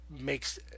makes